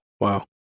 Wow